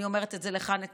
אני אומרת את זה לך, נתניהו,